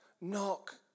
knock